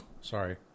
Sorry